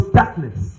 darkness